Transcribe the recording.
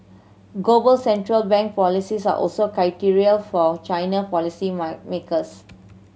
global central bank policies are also critical for China policy makers